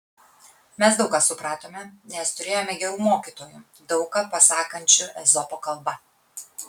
mes daug ką supratome nes turėjome gerų mokytojų daug ką pasakančių ezopo kalba